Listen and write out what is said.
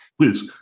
Please